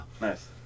nice